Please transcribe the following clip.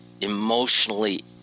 emotionally